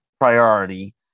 priority